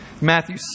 Matthew